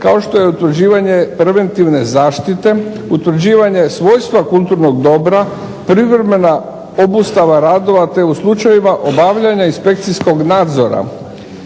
kao što je utvrđivanje preventivne zaštite, utvrđivanje svojstva kulturnog dobra, privremena obustava radova, te u slučajevima obavljanja inspekcijskog nadzora.